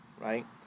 right